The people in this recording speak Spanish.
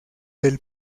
del